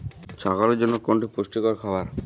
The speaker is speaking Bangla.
ছাগলের জন্য কোনটি পুষ্টিকর খাবার?